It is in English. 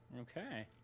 Okay